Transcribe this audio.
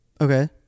Okay